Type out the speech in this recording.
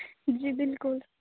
जी बिल्कुल